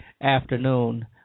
afternoon